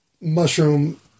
mushroom